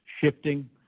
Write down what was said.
shifting